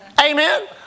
Amen